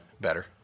better